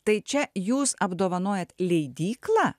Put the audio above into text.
tai čia jūs apdovanojat leidyklą